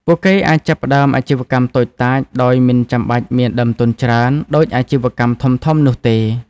ពួកគេអាចចាប់ផ្តើមអាជីវកម្មតូចតាចដោយមិនចាំបាច់មានដើមទុនច្រើនដូចអាជីវកម្មធំៗនោះទេ។